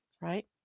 right